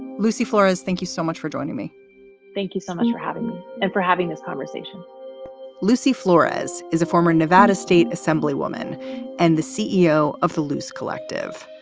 lucy flores, thank you so much for joining me thank you so much for having me and for having this conversation lucy flores is a former nevada state assemblywoman and the ceo of the loose collective.